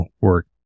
work